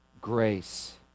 grace